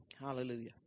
Hallelujah